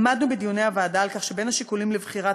עמדנו בדיוני הוועדה על כך שבין השיקולים לבחירת